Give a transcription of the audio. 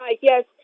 Yes